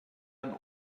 ein